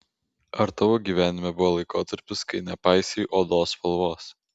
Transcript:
ar tavo gyvenime buvo laikotarpis kai nepaisei odos spalvos